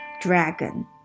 dragon